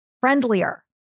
friendlier